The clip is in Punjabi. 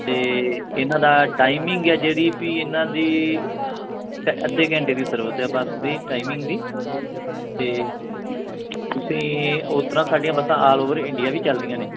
ਅਤੇ ਇਹਨਾਂ ਦਾ ਟਾਈਮਿੰਗ ਹੈ ਜਿਹੜੀ ਪੀ ਇਹਨਾਂ ਦੀ ਕ ਅੱਧੇ ਘੰਟੇ ਦੀ ਸਰਵਿਸ ਹੈ ਬੱਸ ਦੀ ਟਾਈਮਿੰਗ ਦੀ ਅਤੇ ਤੁਸੀਂ ਉਸ ਤਰ੍ਹਾਂ ਸਾਡੀਆਂ ਬੱਸਾਂ ਆਲ ਓਵਰ ਇੰਡੀਆ ਵੀ ਚੱਲਦੀਆਂ ਨੇ